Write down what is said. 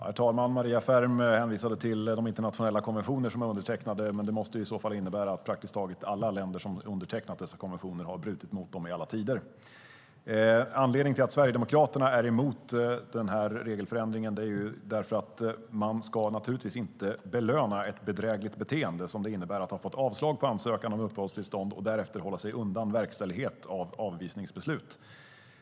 Herr talman! Maria Ferm hänvisade till de internationella konventioner som är undertecknade, men det måste i så fall innebära att praktiskt taget alla länder som undertecknat dessa konventioner har brutit mot dem i alla tider. Anledningen till att Sverigedemokraterna är emot den här regelförändringen är för det första att man naturligtvis inte ska belöna ett bedrägligt beteende, som det innebär att ha fått avslag på en ansökan om uppehållstillstånd och därefter hålla sig undan verkställighet av avvisningsbeslut.